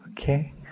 okay